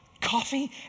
Coffee